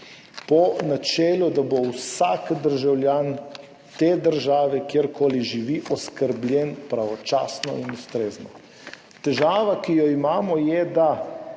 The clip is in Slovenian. po načelu, da bo vsak državljan te države, kjerkoli živi, oskrbljen pravočasno in ustrezno. Težava, ki jo imamo je, da